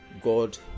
God